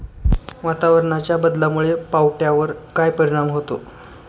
वातावरणाच्या बदलामुळे पावट्यावर काय परिणाम होतो?